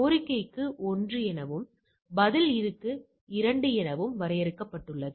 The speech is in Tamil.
கோரிக்கைக்கு ஒன்று எனவும் பதில் இருக்கு இரண்டு எனவும் வரையறுக்கப்பட்டுள்ளது